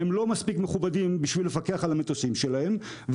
לא מספיק מכובדים בשביל לפקח על המטוסים שלהם,